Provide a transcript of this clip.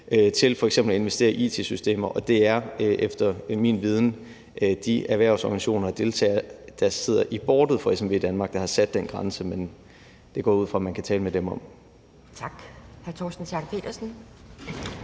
til f.eks. at investere i it-systemer, og det er efter min viden de erhvervsorganisationer og deltagere, der sidder i boardet for SMVdanmark, der har sat den grænse, men det går jeg ud fra at man kan tale med dem om. Kl.